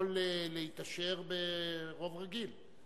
יכול להתאשר ברוב רגיל,